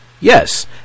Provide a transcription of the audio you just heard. Yes